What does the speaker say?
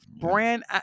brand